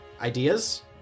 Ideas